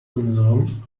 unserem